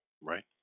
right